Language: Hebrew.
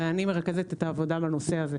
ואני מרכזת את העבודה בנושא הזה.